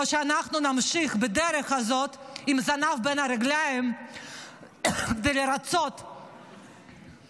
או שאנחנו נמשיך בדרך הזאת עם זנב בין הרגליים ולרצות את אויבינו,